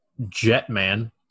Jetman